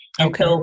Okay